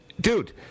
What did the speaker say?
dude